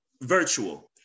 virtual